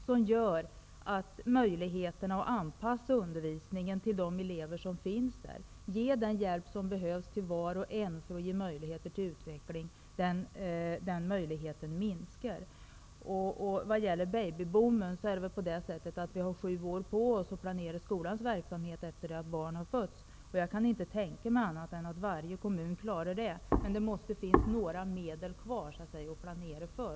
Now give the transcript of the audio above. Detta minskar möjligheterna att anpassa undervisningen till eleverna och att ge var och en den hjälp till utveckling som behövs. Vad gäller babyboomen har vi sju år på oss efter det att barnen fötts att planera skolan. Jag kan inte tänka mig att inte varje kommun klarar den uppgiften. Det måste emellertid finnas medel kvar att planera för.